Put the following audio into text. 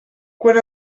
quan